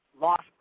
lost